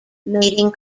mating